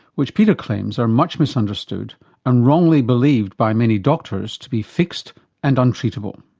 which peter claims are much misunderstood and wrongly believed by many doctors to be fixed and untreatable.